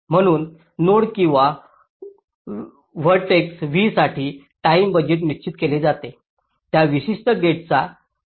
म्हणून नोड किंवा vertex v साठी टाईम बजेट निश्चित केले जाते त्या विशिष्ट गेटचा डिलेज तसेच आउटपुट नेट डिलेज